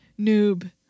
noob